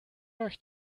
euch